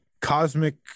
cosmic